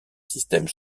système